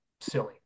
silly